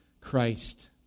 Christ